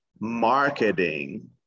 marketing